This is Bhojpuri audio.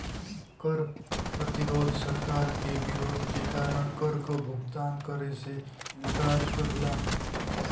कर प्रतिरोध सरकार के विरोध के कारण कर क भुगतान करे से इंकार करला